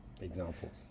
examples